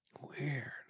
Weird